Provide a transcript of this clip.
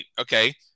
Okay